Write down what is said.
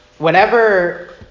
whenever